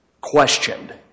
questioned